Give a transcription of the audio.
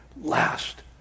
last